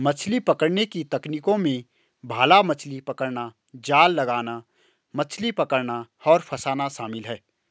मछली पकड़ने की तकनीकों में भाला मछली पकड़ना, जाल लगाना, मछली पकड़ना और फँसाना शामिल है